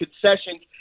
concessions